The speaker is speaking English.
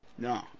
No